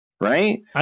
Right